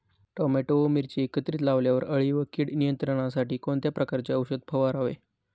Tomato व मिरची एकत्रित लावल्यावर अळी व कीड नियंत्रणासाठी कोणत्या प्रकारचे औषध फवारावे?